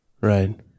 Right